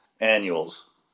annuals